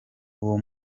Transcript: uwo